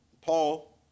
Paul